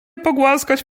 pogłaskać